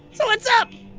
so what's up?